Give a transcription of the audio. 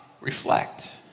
reflect